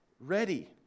ready